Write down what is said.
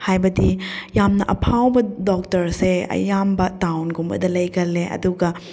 ꯍꯥꯏꯕꯗꯤ ꯌꯥꯝꯅ ꯑꯐꯥꯎꯕ ꯗꯣꯛꯇꯔꯁꯦ ꯑꯌꯥꯝꯕ ꯇꯥꯎꯟꯒꯨꯝꯕꯗ ꯂꯩꯒꯜꯂꯦ ꯑꯗꯨꯒ